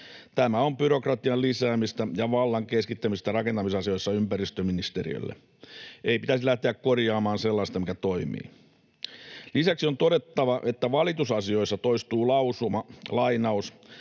Tämä on byrokratian lisäämistä ja vallan keskittämistä rakentamisasioissa ympäristöministeriölle. Ei pitäisi lähteä korjaamaan sellaista, mikä toimii. Lisäksi on todettava, että valitusasioissa toistuu lausuma: